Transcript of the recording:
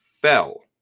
fell